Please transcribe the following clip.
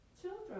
children